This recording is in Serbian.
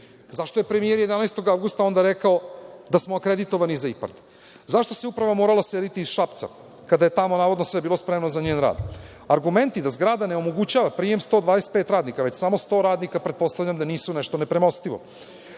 Zašto je premijer 11. avgusta rekao da smo akreditovani za IPARD? Zašto se Uprava morala seliti iz Šapca kada je tamo navodno sve bilo spremno za njen rad? Argumenti da zgrada ne omogućava prijem 125 radnika, već samo 100 radnika pretpostavljam da nisu nešto nepremostivo.